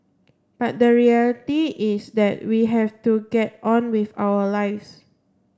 but the reality is that we have to get on with our lives